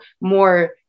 more